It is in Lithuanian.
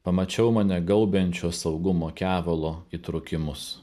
pamačiau mane gaubiančio saugumo kevalo įtrūkimus